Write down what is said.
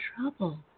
trouble